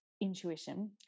intuition